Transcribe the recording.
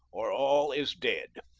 or all is dead.